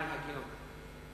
למען ההגינות,